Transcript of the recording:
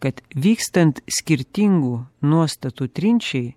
kad vykstant skirtingų nuostatų trinčiai